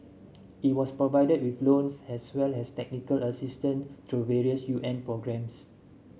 it was provided with loans as well as technical assistance through various U N programmes